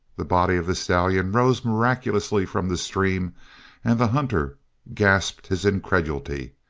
the body of the stallion rose miraculously from the stream and the hunter gasped his incredulity.